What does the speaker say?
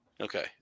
Okay